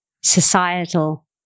societal